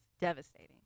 devastating